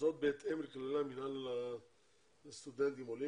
וזאת בהתאם לכללי המינהל לסטודנטים עולים,